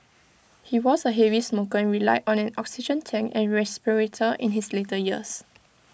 he was A heavy smoker and relied on an oxygen tank and respirator in his later years